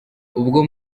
ubwo